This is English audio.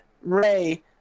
Ray